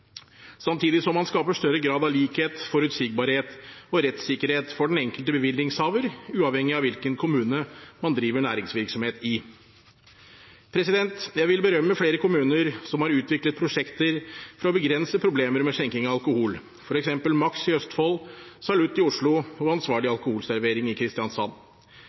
samtidig som man skaper større grad av likhet, forutsigbarhet og rettssikkerhet for den enkelte bevillingshaver, uavhengig av hvilken kommune man driver næringsvirksomhet i. Jeg vil berømme flere kommuner som har utviklet prosjekter for å begrense problemer med skjenking av alkohol, f.eks. Maks i Østfold, Salutt i Oslo og Ansvarlig alkoholservering i Kristiansand.